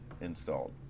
installed